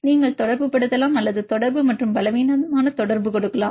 நீங்கள் தொடர்புபடுத்தலாம் அல்லது தொடர்பு அல்லது பலவீனமான தொடர்பு கொடுக்கலாம்